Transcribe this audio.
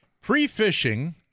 pre-fishing